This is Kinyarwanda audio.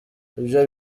ibyo